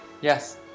Yes